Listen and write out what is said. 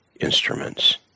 instruments